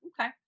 okay